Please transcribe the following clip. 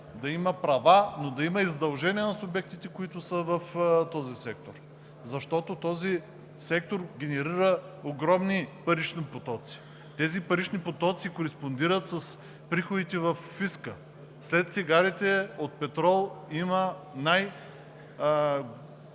да има права, а и задължения на субектите, които са в този сектор, защото секторът генерира огромни парични потоци. Тези парични потоци кореспондират с приходите във фиска. След цигарите от петрол има най-голям